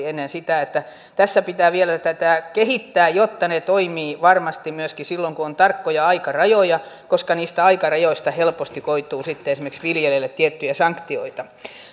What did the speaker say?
ennen sitä tässä pitää vielä tätä kehittää jotta ne toimivat varmasti myöskin silloin kun on tarkkoja aikarajoja koska siitä aikarajojen ylittymisestä helposti koituu sitten esimerkiksi viljelijälle tiettyjä sanktioita